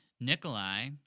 Nikolai